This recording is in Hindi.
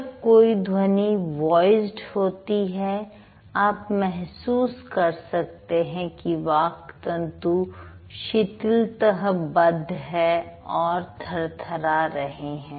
जब कोई ध्वनि वॉइसड होती है आप महसूस कर सकते हैं कि वाक् तंतु शिथिलतःबध है और थरथरा रहे हैं